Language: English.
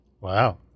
Wow